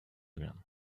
again